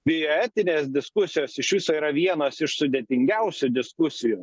bio etinės diskusijos iš viso yra vienas iš sudėtingiausių diskusijų